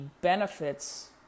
benefits